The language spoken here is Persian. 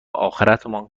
آخرتمان